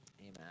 Amen